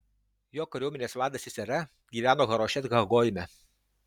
jo kariuomenės vadas sisera gyveno harošet ha goime